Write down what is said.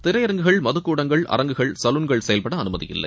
திரையரங்குகள் மதுக்கூடங்கள் அரங்குகள் சலூன்கள் செயல்பட அனுமதி இல்லை